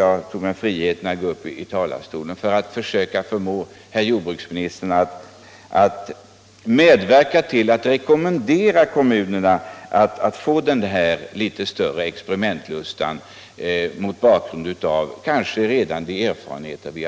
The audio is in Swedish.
Jag tog mig friheten att begära ordet här för att försöka förmå herr jordbruksministern att rekommendera kommunerna att visa litet större experimentlust mot bakgrund av de erfarenheter vi